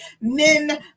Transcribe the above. men